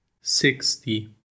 sixty